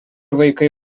vaikai